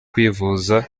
kwivuza